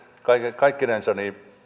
kaiken kaikkinensa